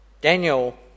Daniel